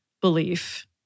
belief